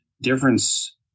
difference